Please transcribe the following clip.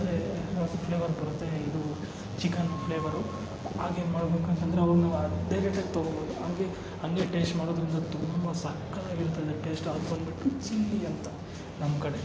ಅಂದರೆ ಒಂದು ಫ್ಲೇವರ್ ಬರುತ್ತೆ ಇದು ಚಿಕ್ಕನ್ ಫ್ಲೇವರು ಹಾಗೆ ಮಾಡಬೇಕು ಅಂತ ಅಂದರೆ ಅವನ್ನು ತಗೋಬೋದು ಹಾಗೆ ಅಂದರೆ ಟೇಸ್ಟ್ ಮಾಡೋದರಿಂದ ತುಂಬಾ ಸಖತ್ತಾಗಿರ್ತದೆ ಟೇಸ್ಟ್ ಅದು ಬಂದ್ಬಿಟ್ಟು ಚಿಲ್ಲಿ ಅಂತ ನಮ್ಮ ಕಡೆ